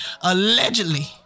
Allegedly